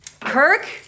Kirk